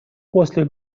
после